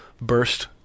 burst